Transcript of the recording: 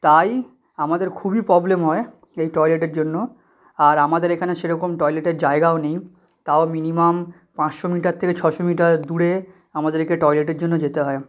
তাই আমাদের খুবই প্রবলেম হয় এই টয়লেটের জন্য আর আমাদের এখানে সেরকম টয়লেটের জায়গাও নেই তাও মিনিমাম পাঁচশো মিটার থেকে ছশো মিটার দূরে আমাদেরকে টয়লেটের জন্য যেতে হয়